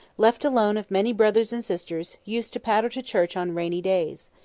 left alone of many brothers and sisters, used to patter to church on rainy days.